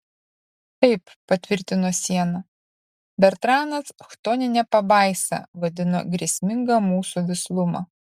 taip patvirtino siena bertranas chtonine pabaisa vadino grėsmingą mūsų vislumą